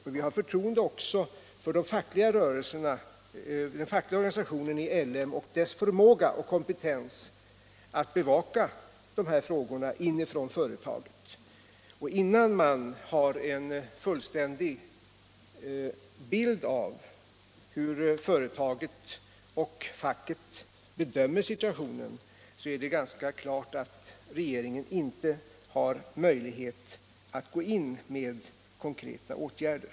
Vi har också förtroende för de fackliga representanterna i LM Ericsson och deras förmåga och kompetens att bevaka dessa frågor inne i företaget. Innan det föreligger en fullständig bild av hur företaget och facket bedömer situationen är det ganska klart att regeringen inte har möjlighet att gå in med konkreta åtgärder.